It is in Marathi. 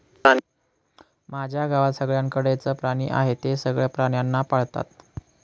माझ्या गावात सगळ्यांकडे च प्राणी आहे, ते सगळे प्राण्यांना पाळतात